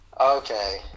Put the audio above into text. Okay